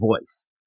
voice